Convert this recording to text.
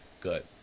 Good